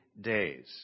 days